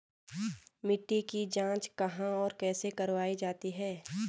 मिट्टी की जाँच कहाँ और कैसे करवायी जाती है?